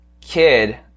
kid